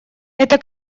это